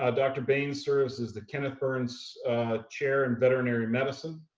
ah dr. baines serves as the kenneth burns chair in veterinary medicine.